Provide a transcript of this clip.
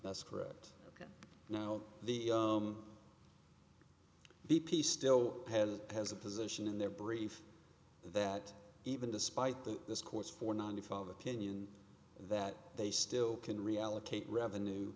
that's correct no the b p still has has a position in their brief that even despite that this course for ninety five opinion that they still can reallocate revenue